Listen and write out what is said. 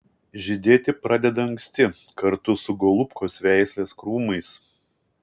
žydėti pradeda anksti kartu su golubkos veislės krūmais